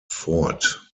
fort